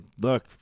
Look